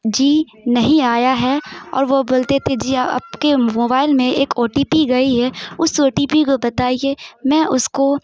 جی نہیں آیا ہے اور وہ بولتے تھے جی آپ کے موبائل میں ایک او ٹی پی گئی ہے اساو ٹی پی کو بتائیے میں اس کو